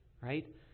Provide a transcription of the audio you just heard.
right